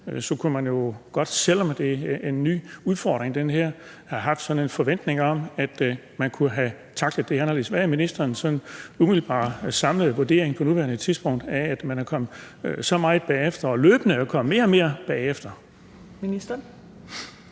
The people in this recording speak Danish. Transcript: kunne man godt, selv om det her er en ny udfordring, have haft en forventning om, at man kunne have tacklet det anderledes. Hvad er ministerens umiddelbare, samlede vurdering på nuværende tidspunkt af, at man er kommet så meget bagefter og løbende er kommet mere og mere bagefter?